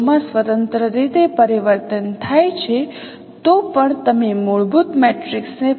તેથી y transformed point સાથે સંકળાયેલ આ મૂળભૂત મેટ્રિક્સ છે